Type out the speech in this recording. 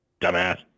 dumbass